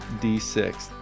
D6